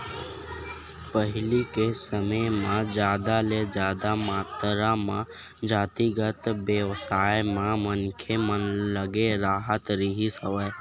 पहिली के समे म जादा ले जादा मातरा म जातिगत बेवसाय म मनखे मन लगे राहत रिहिस हवय